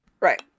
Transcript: Right